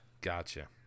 Gotcha